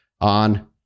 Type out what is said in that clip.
on